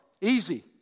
Easy